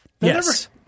Yes